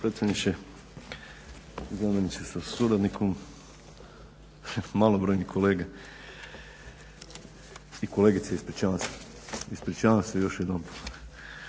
potpredsjedniče, zamjeniče sa suradnikom, malobrojni kolege i kolegice, ispričavam se. Ispričavam se još jednom.